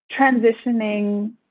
transitioning